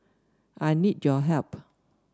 I need your help